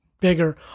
Bigger